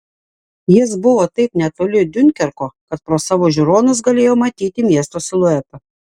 jis buvo taip netoli diunkerko kad pro savo žiūronus galėjo matyti miesto siluetą